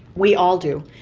we all do,